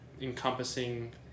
encompassing